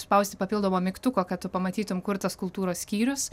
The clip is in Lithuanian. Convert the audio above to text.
spausti papildomo mygtuko kad tu pamatytum kur tas kultūros skyrius